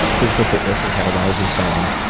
physical fitness and kettle bells and so on.